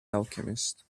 alchemist